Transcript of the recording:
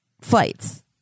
flights